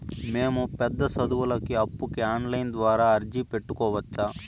మేము పెద్ద సదువులకు అప్పుకి ఆన్లైన్ ద్వారా అర్జీ పెట్టుకోవచ్చా?